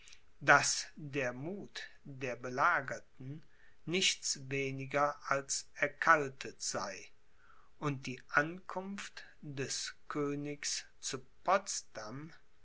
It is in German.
daß der muth der belagerten nichts weniger als erkaltet sei und die ankunft des königs zu potsdam